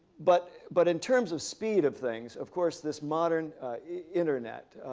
but but in terms of speed of things, of course, this modern internet